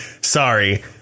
sorry